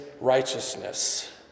righteousness